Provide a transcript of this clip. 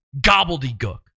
gobbledygook